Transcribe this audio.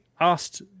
asked